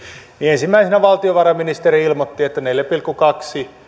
ensimmäisenä valtiovarainministeri ilmoitti että neljä pilkku kaksi